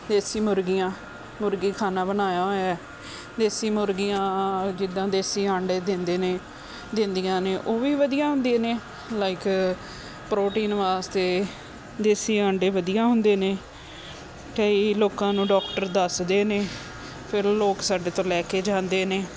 ਦੇਸੀ ਮੁਰਗੀਆਂ ਮੁਰਗੀ ਖਾਨਾ ਬਣਾਇਆ ਹੋਇਆ ਦੇਸੀ ਮੁਰਗੀਆਂ ਜਿੱਦਾਂ ਦੇਸੀ ਆਂਡੇ ਦਿੰਦੇ ਨੇ ਦਿੰਦੀਆਂ ਨੇ ਉਹ ਵੀ ਵਧੀਆ ਹੁੰਦੀਆਂ ਨੇ ਲਾਈਕ ਪ੍ਰੋਟੀਨ ਵਾਸਤੇ ਦੇਸੀ ਆਂਡੇ ਵਧੀਆ ਹੁੰਦੇ ਨੇ ਕਈ ਲੋਕਾਂ ਨੂੰ ਡਾਕਟਰ ਦੱਸਦੇ ਨੇ ਫਿਰ ਉਹ ਲੋਕ ਸਾਡੇ ਤੋਂ ਲੈ ਕੇ ਜਾਂਦੇ ਨੇ